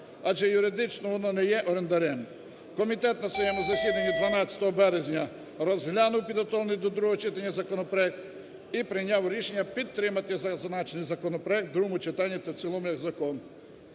адже юридично воно не є орендарем. Комітет на своєму засіданні 12 березня розглянув підготовлений до другого читання законопроект і прийняв рішення підтримати зазначений законопроект в другому читанні та в цілому як закон.